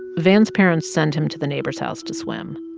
van's parents send him to the neighbor's house to swim.